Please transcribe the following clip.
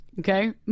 Okay